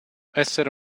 essere